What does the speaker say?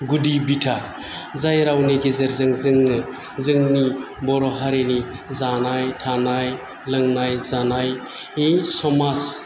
गुदि बिथा जाय रावनि गेजेरजों जोङो जोंनि बर' हारिनि जानाय थानाय लोंनाय जानायनि समाज